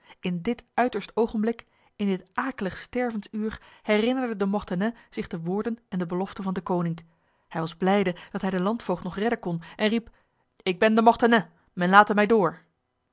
in dit uiterst ogenblik in dit aaklig stervensuur herinnerde de mortenay zich de woorden en de belofte van deconinck hij was blijde dat hij de landvoogd nog redden kon en riep ik ben de mortenay men late mij door